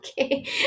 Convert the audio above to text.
Okay